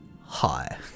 Hi